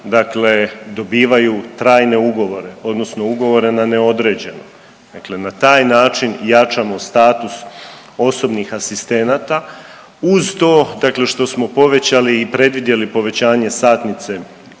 dakle dobivaju trajne ugovore odnosno ugovore na neodređeno. Dakle, na taj način jačamo status osobnih asistenata uz to dakle što smo povećali i predvidjeli povećanje satnice